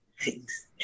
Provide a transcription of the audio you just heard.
Thanks